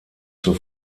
zur